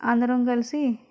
అందరం కలిసి